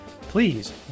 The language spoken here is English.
please